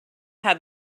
had